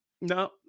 no